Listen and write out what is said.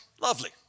lovely